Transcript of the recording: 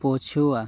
ପଛୁଆ